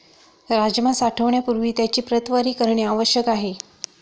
राजमा साठवण्यापूर्वी त्याची प्रतवारी करणे आवश्यक आहे